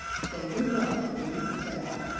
for good luck, prue, said i,